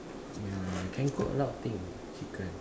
ya can cook a lot of thing with chicken